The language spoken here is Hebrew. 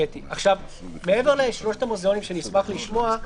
מעבר לשלושת המוזיאונים שנשמח לשמוע,